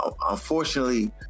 Unfortunately